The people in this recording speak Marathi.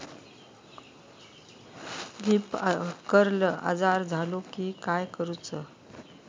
लीफ कर्ल आजार झालो की काय करूच?